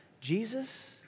Jesus